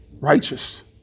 righteous